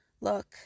look